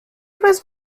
was